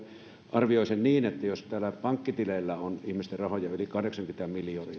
arvioi niin jos täällä pankkitileillä on ihmisten rahoja yli kahdeksankymmentä miljardia että eiväthän